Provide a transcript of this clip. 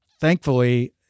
thankfully